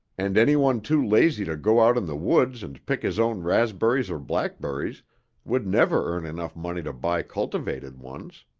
and anyone too lazy to go out in the woods and pick his own raspberries or blackberries would never earn enough money to buy cultivated ones.